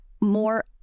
more